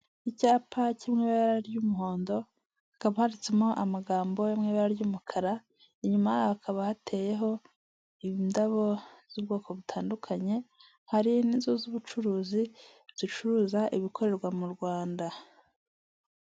Icyapa kiri mu ibara ry'umuhondo, hakaba handitsemo amagambo yo mu ibara ry'umukara, inyuma yaho hakaba hateyeho indabo z'ubwoko butandukanye, hari n'inzu z'ubucuruzi zicuruza ibikorerwa mu Rwanda.